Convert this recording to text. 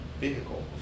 Vehicle